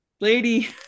lady